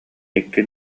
икки